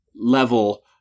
level